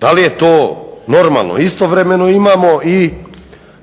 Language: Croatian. Da li je to normalno? Istovremeno imamo i